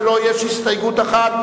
ולו יש הסתייגות אחת,